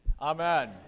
amen